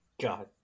god